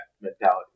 mentality